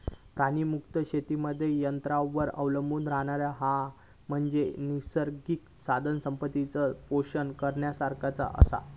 प्राणीमुक्त शेतीमध्ये यंत्रांवर अवलंबून रव्हणा, ह्या म्हणजे नैसर्गिक साधनसंपत्तीचा शोषण करण्यासारखाच आसा